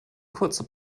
kurze